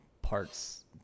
parts